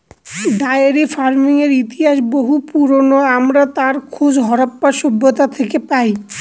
diary ফার্মিংয়ের ইতিহাস বহু পুরোনো, আমরা তার খোঁজ হরপ্পা সভ্যতা থেকে পাই